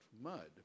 mud